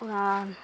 ᱚᱱᱟ